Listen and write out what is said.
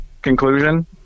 Conclusion